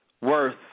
worth